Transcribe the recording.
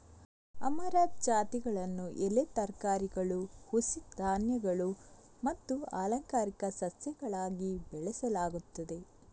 amaranth ಜಾತಿಗಳನ್ನು ಎಲೆ ತರಕಾರಿಗಳು, ಹುಸಿ ಧಾನ್ಯಗಳು ಮತ್ತು ಅಲಂಕಾರಿಕ ಸಸ್ಯಗಳಾಗಿ ಬೆಳೆಸಲಾಗುತ್ತದೆ